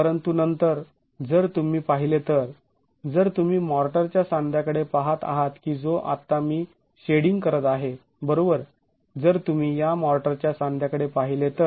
परंतु नंतर जर तुम्ही पाहिले तर जर तुम्ही मॉर्टरच्या सांध्याकडे पाहत आहात की जो आत्ता मी शेडींग करत आहे बरोबर जर तुम्ही या मॉर्टरच्या सांध्याकडे पाहिले तर